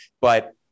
but-